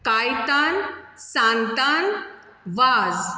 Caitan Santan Vaz